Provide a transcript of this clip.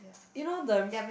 you know the